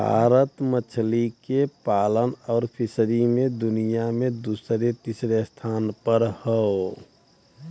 भारत मछली के पालन आउर फ़िशरी मे दुनिया मे दूसरे तीसरे स्थान पर हौ